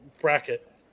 bracket